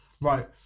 Right